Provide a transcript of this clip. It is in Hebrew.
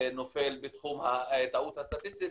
נופל בתחום הטעות הסטטיסטית,